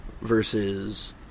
versus